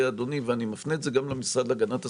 אני מפנה את הדברים שלי גם למשרד להגנת הסביבה.